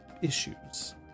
Issues